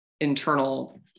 internal